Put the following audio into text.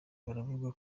baravuga